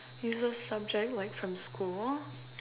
useless subject like from school